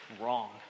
wrong